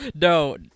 No